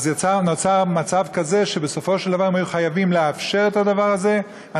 אבל נוצר מצב כזה שבסופו של דבר הם היו חייבים לאפשר את הדבר הזה,